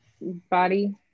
Body